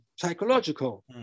psychological